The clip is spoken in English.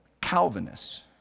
Calvinists